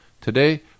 Today